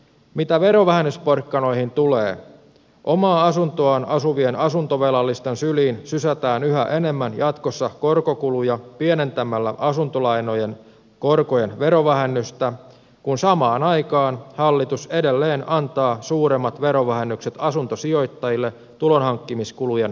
mitä verovähennysporkkanoihin tulee omassa asunnossaan asuvien asuntovelallisten syliin sysätään yhä enemmän jatkossa korkokuluja pienentämällä asuntolainojen korkojen verovähennystä kun samaan aikaan hallitus edelleen antaa suuremmat verovähennykset asuntosijoittajille tulonhankkimiskulujen verukkeella